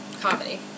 Comedy